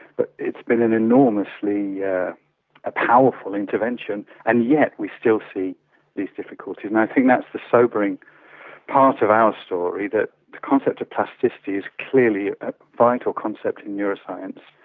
but it's been an enormously yeah powerful intervention, and yet we still see these difficulties, and i think that's the sobering part of our story, that the concept of plasticity is clearly a vital concept in neuroscience.